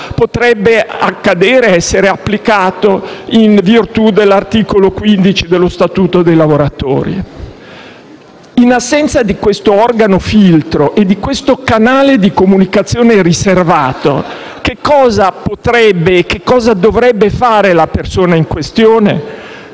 potrebbe essere applicato in virtù dell'articolo 15 dello Statuto dei lavoratori. In assenza di questo organo-filtro e di questo canale di comunicazione riservato, che cosa potrebbe e dovrebbe fare la persona in questione?